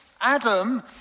Adam